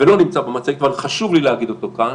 ולא נמצא במצגת, אבל חשוב לי להגיד אותו כאן: